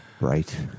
right